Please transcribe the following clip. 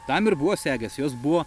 tam ir buvo segės jos buvo